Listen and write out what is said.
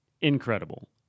incredible